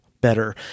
better